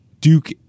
Duke